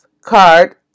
card